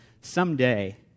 someday